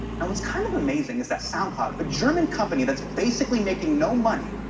and what's kind of amazing is that soundcloud, a german company that's basically making no money,